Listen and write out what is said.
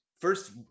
first